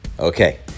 Okay